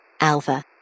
alpha